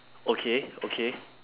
okay okay